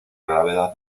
gravedad